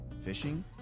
fishing